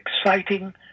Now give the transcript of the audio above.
exciting